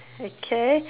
okay